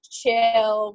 chill